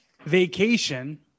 vacation